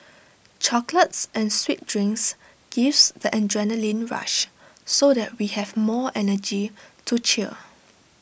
chocolates and sweet drinks gives the adrenaline rush so that we have more energy to cheer